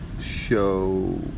show